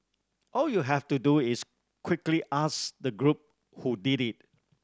all you have to do is quickly ask the group who did it